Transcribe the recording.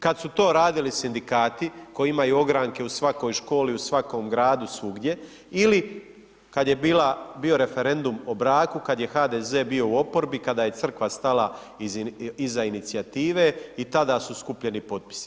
Kad su to radili Sindikati koji imaju ogranke u svakoj školi, u svakom gradu, svugdje ili kad je bio Referendum o braku, kad je HDZ bio u oporbi, kada je crkva stala iza inicijative i tada su skupljeni potpisi.